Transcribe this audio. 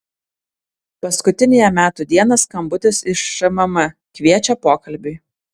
paskutiniąją metų dieną skambutis iš šmm kviečia pokalbiui